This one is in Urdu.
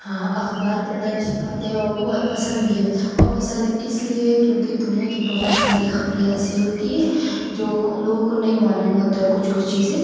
ہاں اخبار پڑھنا اچھی بات ہے اور وہ پسند بھی ہے اور پسند اس لیے ہے کیونکہ دنیا کی بہت ساری خبریں ایسی ہوتی ہے جو ان لوگوں کو نہیں معلوم ہوتا ہے کچھ کچھ چیزیں